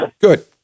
Good